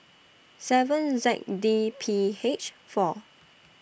seven Z D P H four